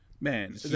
Man